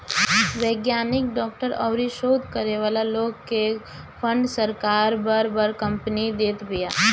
वैज्ञानिक, डॉक्टर अउरी शोध करे वाला लोग के फंड सरकार अउरी बड़ बड़ कंपनी देत बिया